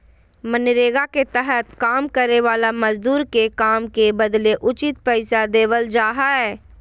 मनरेगा के तहत काम करे वाला मजदूर के काम के बदले उचित पैसा देवल जा हय